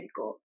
go